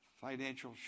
financial